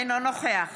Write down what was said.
אינו נוכח